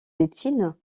médecine